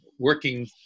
working